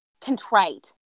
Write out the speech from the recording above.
Contrite